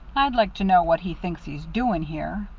i'd like to know what he thinks he's doing here.